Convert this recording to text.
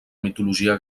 mitologia